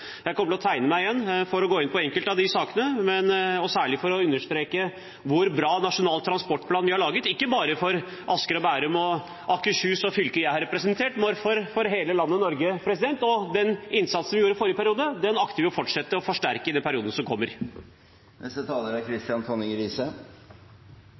Jeg kommer til å tegne meg igjen for å gå inn på enkelte av de sakene, særlig for å understreke hvor bra nasjonal transportplan vi har laget, ikke bare for Asker og Bærum og Akershus, fylket som jeg representerer, men for hele landet Norge. Den innsatsen vi gjorde i forrige periode, akter vi å fortsette og forsterke i perioden som